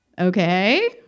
okay